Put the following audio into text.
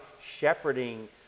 shepherding